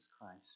Christ